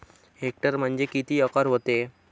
Hectare म्हणजे किती acre व्हते?